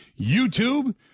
YouTube